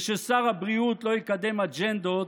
וששר הבריאות לא יקדם אג'נדות